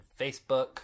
Facebook